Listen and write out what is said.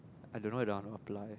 I don't know whether i want to apply